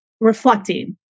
reflecting